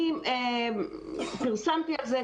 אני פרסמתי על זה,